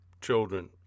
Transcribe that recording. children